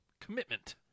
Commitment